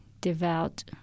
devout